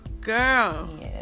girl